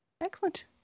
Excellent